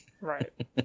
right